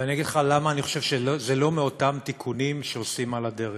ואני אגיד לך למה אני חושב שזה לא מאותם תיקונים שעושים על הדרך: